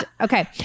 okay